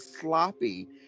sloppy